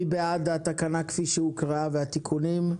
מי בעד התקנה כפי שהוקראה והתיקונים?